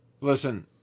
Listen